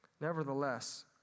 Nevertheless